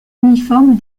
uniforme